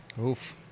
Oof